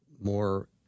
more